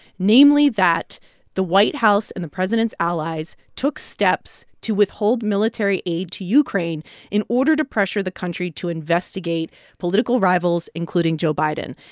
namely that the white house and the president's allies took steps to withhold military aid to ukraine in order to pressure the country to investigate political rivals, including joe biden.